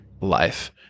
life